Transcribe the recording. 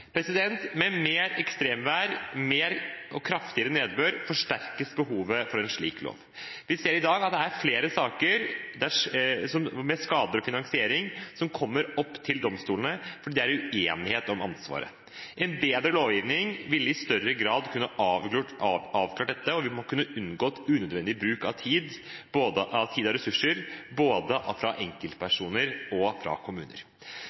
Med mer ekstremvær, mer og kraftigere nedbør forsterkes behovet for en slik lov. Vi ser i dag at det er flere saker med skader og finansiering som kommer opp for domstolene fordi det er uenighet om ansvaret. En bedre lovgivning ville i større grad kunne avklart dette, og man kunne unngått unødvendig bruk av tid og ressurser, både fra enkeltpersoner og fra kommuner.